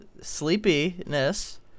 sleepiness